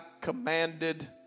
commanded